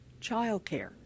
childcare